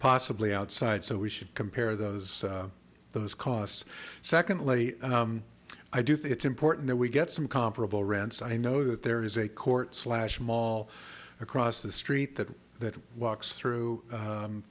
possibly outside so we should compare those those costs secondly i do think it's important that we get some comparable rents i know that there is a court slash mall across the street that that walks through